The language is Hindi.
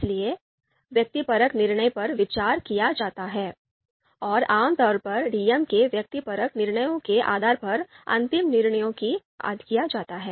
इसलिए व्यक्तिपरक निर्णय पर विचार किया जाता है और आम तौर पर डीएम के व्यक्तिपरक निर्णयों के आधार पर अंतिम निर्णय किया जाता है